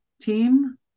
team